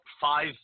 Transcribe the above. five